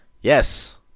Yes